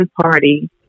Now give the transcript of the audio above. party